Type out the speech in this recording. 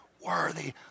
worthy